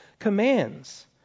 commands